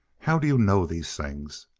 how do you know these things?